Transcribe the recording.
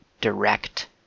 direct